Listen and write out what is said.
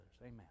Amen